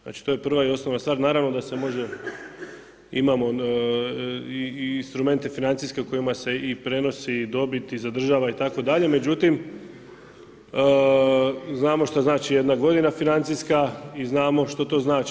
Znači to je prva i osnovna stvar, naravno da se može, imamo i instrumente financijske, u kojima se i prenosi dobit i zadržava itd. međutim, znamo što znači jedna godina financijska i znamo što to znači.